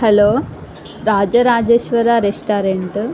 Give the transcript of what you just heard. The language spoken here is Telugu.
hello Rajarajeshwara restaurant